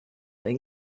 then